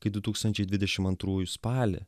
kai du tūkstančiai dvidešim antrųjų spalį